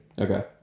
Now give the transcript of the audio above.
Okay